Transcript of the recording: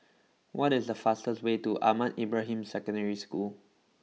what is the fastest way to Ahmad Ibrahim Secondary School